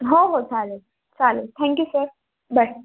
हो हो चालेल चालेल थँक्यू सर बाय